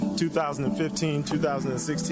2015-2016